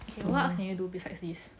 okay what can you do besides this